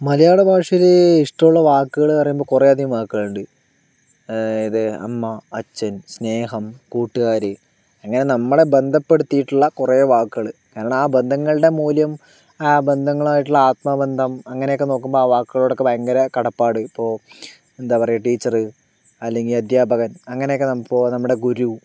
മലയാള ഭാഷഉയിൽ ഇഷ്ടമുള്ള വാക്കുകള് പറയുമ്പോൾ കുറേ അധികം വാക്കുകളുണ്ട് അതായത് അമ്മ അച്ഛൻ സ്നേഹം കൂട്ടുകാര് അങ്ങനെ നമ്മളെ ബന്ധപ്പെടുത്തിയിട്ടുള്ള കുറേ വാക്കുകൾ അങ്ങനെ ആ ബന്ധങ്ങളുടെ മൂല്യം ആ ബന്ധങ്ങളായിട്ടുള്ള ആത്മബന്ധം അങ്ങനെയൊക്കെ നോക്കുമ്പോൾ ആ വാക്കുകളോടൊക്കെ ഭയങ്കര കടപ്പാട് ഇപ്പോൾ എന്താ പറയുക ടീച്ചർ അല്ലെങ്കിൽ അദ്ധ്യാപകൻ അങ്ങനെയൊക്കെ ഇപ്പോൾ നമ്മുടെ ഗുരു